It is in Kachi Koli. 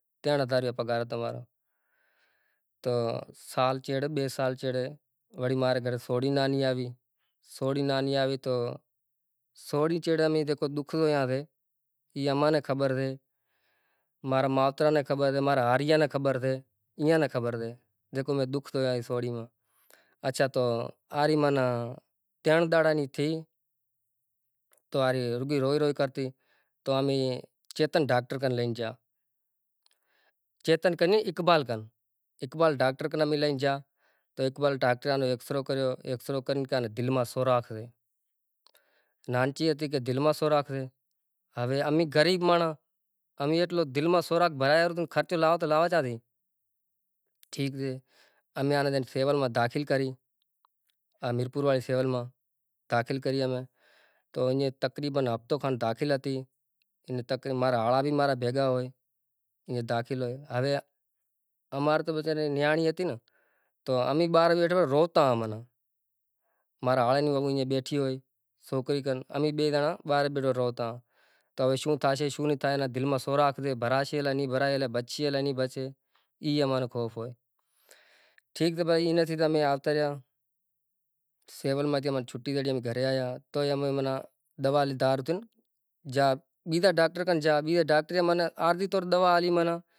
تین ہزار جو پگار ہتو مارو تو سال چیڑے نے سال چیڑے وڑی مارا گھرے سوہڑی نانی آوی، سوہڑی نانی آوی تو سوہڑی چیڑے امے جیکو دکھ مانہیں آوے ای امنے خبر سے مارا ماوترا نے خبر سے مارا ہاریا نے خبر سے ائیں نے خبر سے ، جیکو امے دکھ زویا سے سوہنڑی ما اچھا تو آری مانا ترن ڈاڑا نی تھی، تو آری رگی روئی روئی کرتی تو امی چیتن ڈاکٹرکن لئی نے جیا۔ چیتن کنی اقبال کن۔ اقبال ڈاکٹر پانھیں بی لئی نے جیا تو اقبال ڈاکٹر آنو ایکس رو کریو ایکسرو کری نے کے آنے دل ما سوراخ سے۔ نانکی ہتی کے دل ما سوراخ سے۔ ہوے امی غریب مانڑھا ، امی ایٹلو دل ما سوراخ باہر نو خرسو لاوو تو لاوو چانچی۔ ٹھیک سے۔ امے آنے جئی نے سیول ما داخل کری آ میر پوُر واری سیول ما داخل کری امے۔ تو ایاں تقریباّّ ہفتو ایاں داخل ہتی اینی تکری مارا ہارا بھی بھیگا ہوئی ای داخل ہوئے۔ ہوے امار تو بیچاری نیانڑی ہتی نا تو امی بارے بیٹھ بیٹھ روتا معنی مارا ہارا نی واو ایں بیٹھی ہوئی سوکری کن امی بئی جنا بارے بیٹھو روتا۔ تو ہوے شوُ تھاشے شوُ نہیں تھائے اینا دل ما سوراخ سے بھراشے الائے نئی بھرائے بچشے الائے نئی بچشے ای امارو خوف ہوئے۔ ٹھیک سے بھئی اینا سی تو امے آوتا ریا سیول ما تھی اینے چھٹی مڑی امے گھرے آیا تو ایم معنی دوا لدھارتن جا، بیجا ڈاکٹر پا جا بیجا ڈاکٹر معنی عارضی طور دوا آلی معنی۔